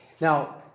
Now